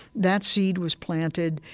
that seed was planted.